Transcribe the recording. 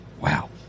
Wow